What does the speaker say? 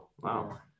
wow